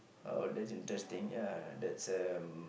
oh that's interesting ya that's um